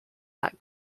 that